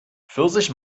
pfirsich